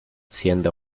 siendo